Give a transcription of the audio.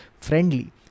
friendly